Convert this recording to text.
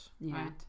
right